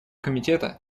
комитета